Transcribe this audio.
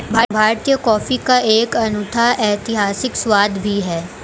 भारतीय कॉफी का एक अनूठा ऐतिहासिक स्वाद भी है